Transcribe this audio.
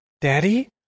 Daddy